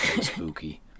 spooky